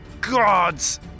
gods